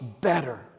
better